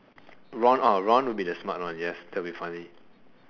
Ron orh Ron would be the smart one yes that would be funny